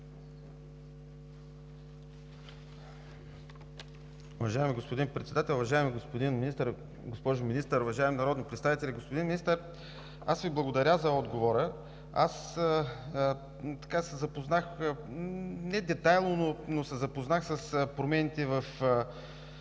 Уважаеми господин Председател, уважаеми господин Министър, госпожо Министър, уважаеми народни представители! Господин Министър, благодаря Ви за отговора. Запознах се – не детайлно, но се запознах с промените в